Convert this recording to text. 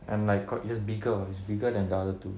and lik~ co~ it's bigger it's bigger than the other two